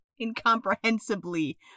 Incomprehensibly